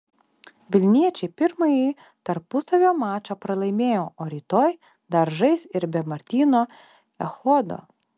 vilniečiai pirmąjį tarpusavio mačą pralaimėjo o rytoj dar žais ir be martyno echodo